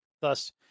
Thus